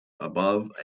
above